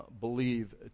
believe